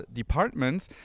departments